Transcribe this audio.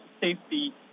safety